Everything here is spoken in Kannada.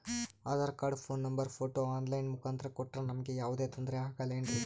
Aadhaar card, phone number, photo online ಮುಖಾಂತ್ರ ಕೊಟ್ರ ನಮಗೆ ಯಾವುದೇ ತೊಂದ್ರೆ ಆಗಲೇನ್ರಿ?